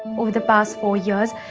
over the past four years,